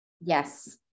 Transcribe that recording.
yes